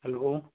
hello